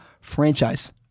franchise